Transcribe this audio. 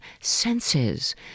senses